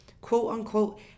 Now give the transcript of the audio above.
quote-unquote